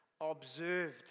observed